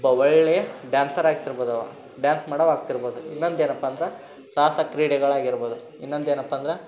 ಒಬ್ಬ ಒಳ್ಳೆಯ ಡ್ಯಾನ್ಸರ್ ಆಗ್ತಿರ್ಬೊದು ಅವ ಡ್ಯಾನ್ಸ್ ಮಾಡೋದು ಆಗ್ತಿರ್ಬೋದು ಇನ್ನೊಂದೇನಪ್ಪ ಅಂದ್ರೆ ಸಾಹಸ ಕ್ರೀಡೆಗಳಾಗಿರ್ಬೋದು ಇನ್ನೊಂದೇನಪ್ಪ ಅಂದ್ರೆ